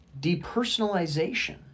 depersonalization